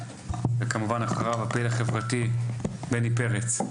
וכמובן אחריו הפעיל החברתי בני פרץ.